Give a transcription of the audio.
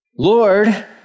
Lord